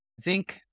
Zinc